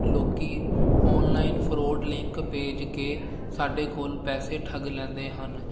ਲੋਕੀ online fraud link ਭੇਜ ਕੇ ਸਾਡੇ ਕੋਲ ਪੈਸੇ ਠੱਗ ਲੈਂਦੇ ਹਨ